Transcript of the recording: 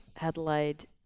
Adelaide